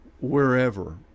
wherever